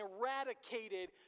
eradicated